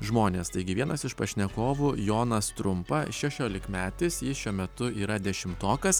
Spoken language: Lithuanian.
žmones taigi vienas iš pašnekovų jonas trumpa šešiolikmetis jis šiuo metu yra dešimtokas